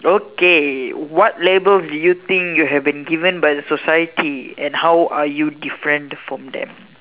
okay what labels do you think you have been given by society and how are you different from them